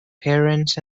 parents